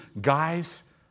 guys